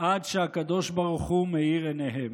עד שהקדוש ברוך הוא מאיר עיניהם.